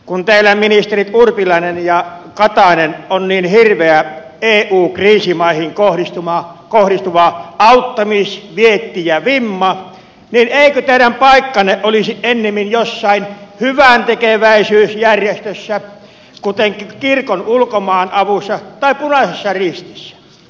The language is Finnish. kun teillä ministerit urpilainen ja katainen on niin hirveä eu kriisimaihin kohdistuva auttamisvietti ja vimma niin eikö teidän paikkanne olisi ennemmin jossain hyväntekeväisyysjärjestössä kuten kirkon ulkomaanavussa tai punaisessa ristissä